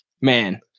man